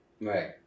Right